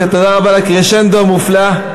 ותודה רבה על הקרשנדו המופלא.